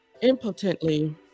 impotently